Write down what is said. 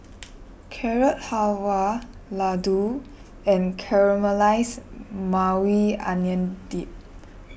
Carrot Halwa Ladoo and Caramelized Maui Onion Dip